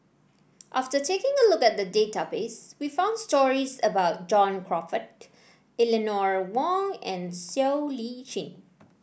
after taking a look at the database we found stories about John Crawfurd Eleanor Wong and Siow Lee Chin